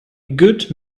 good